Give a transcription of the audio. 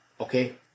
okay